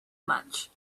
much